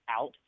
out